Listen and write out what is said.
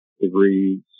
degrees